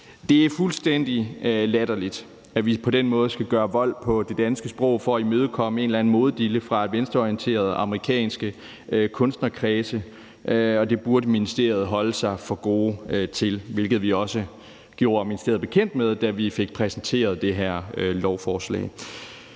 Det er fuldstændig latterligt, at vi på den måde skal gøre vold på det danske sprog for at imødekomme en eller anden modedille fra venstreorienterede amerikanske kunstnerkredse, og det burde man i ministeriet holde sig for gode til, hvilket vi også gjorde ministeriet bekendt med, da vi fik præsenteret det her lovforslag.